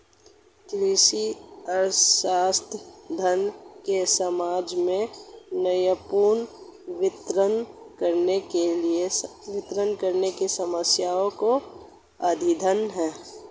कृषि अर्थशास्त्र, धन को समाज में न्यायपूर्ण वितरण करने की समस्याओं का अध्ययन है